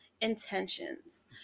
Intentions